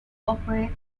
operate